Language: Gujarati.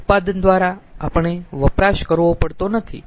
ઉત્પાદન દ્વારા આપણે વપરાશ કરવો પડતો નથી